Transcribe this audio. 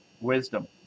Wisdom